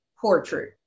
portrait